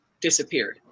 disappeared